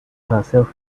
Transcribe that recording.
herself